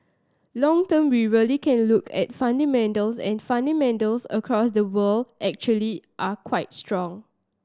long term we really can look at fundamentals and fundamentals across the world actually are quite strong